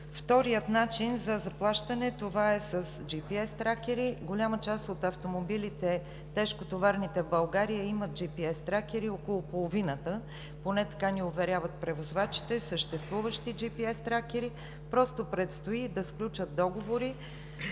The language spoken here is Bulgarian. Вторият начин за заплащане е с GPS тракери. Голяма част от тежкотоварните автомобили в България имат GPS тракери – около половината, поне така ни уверяват превозвачите – съществуващи GPS тракери. Просто предстои да сключат договори